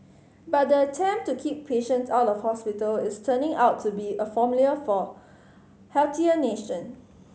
but the attempt to keep patients out of hospital is turning out to be a formula for healthier nation